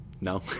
No